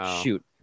shoot